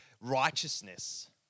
righteousness